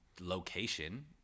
location